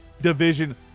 division